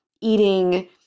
eating